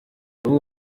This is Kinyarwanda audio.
bamwe